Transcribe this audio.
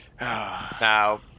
Now